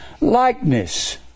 likeness